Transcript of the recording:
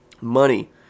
money